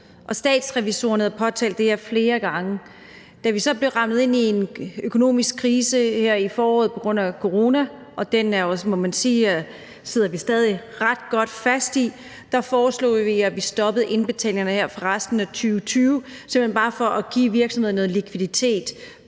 Statsrevisorerne havde påtalt det her flere gange. Da vi så ramlede ind i en økonomisk krise her i foråret på grund af corona – og man må sige, at den sidder vi stadig ret godt fast i – foreslog vi, at vi stoppede indbetalingerne her for resten af 2020, simpelt hen bare for at give virksomhederne noget likviditet.